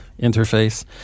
interface